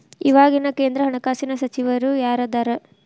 ಇವಾಗಿನ ಕೇಂದ್ರ ಹಣಕಾಸಿನ ಸಚಿವರು ಯಾರದರ